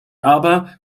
aber